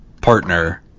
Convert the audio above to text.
partner